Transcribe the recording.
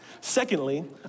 Secondly